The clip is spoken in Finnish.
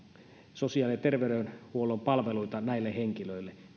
sosiaali ja terveydenhuollon palveluita näille henkilöille